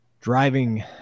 driving